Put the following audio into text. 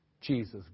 Jesus